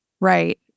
Right